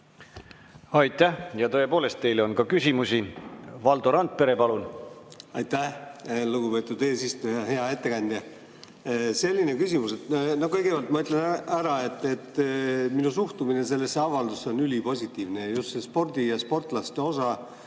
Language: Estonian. Aitäh! Ja tõepoolest, teile on ka küsimusi. Valdo Randpere, palun! Aitäh, lugupeetud eesistuja! Hea ettekandja! Selline küsimus. Kõigepealt ma ütlen ära, et minu suhtumine sellesse avaldusse on ülipositiivne. Just see spordi ja sportlaste osa